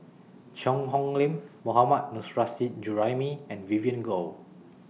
Cheang Hong Lim Mohammad Nurrasyid Juraimi and Vivien Goh